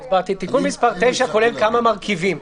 אמרתי, תיקון מס' 9 כולל כמה מרכיבים.